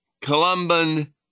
Columban